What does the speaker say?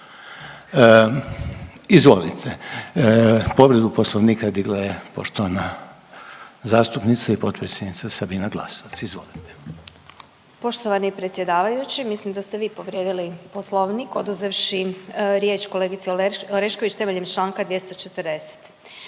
Izvolite, povredu Poslovnika digla je poštovana zastupnica i potpredsjednica Sabina Glasovac, izvolite. **Glasovac, Sabina (SDP)** Poštovani predsjedavajući, mislim da ste vi povrijedili Poslovnik oduzevši riječ kolegici Orešković temeljem čl. 240..